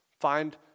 Find